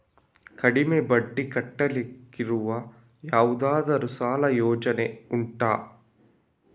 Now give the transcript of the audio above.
ಕಡಿಮೆ ಬಡ್ಡಿ ಕಟ್ಟಲಿಕ್ಕಿರುವ ಯಾವುದಾದರೂ ಸಾಲ ಯೋಜನೆ ಉಂಟಾ